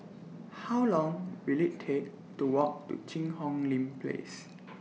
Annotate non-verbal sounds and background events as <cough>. How Long Will IT Take to Walk to Cheang Hong Lim Place <noise>